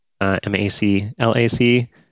M-A-C-L-A-C